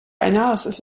analysis